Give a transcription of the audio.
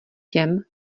těm